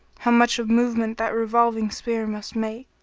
how much of movement that revolving sphere must make.